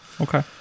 okay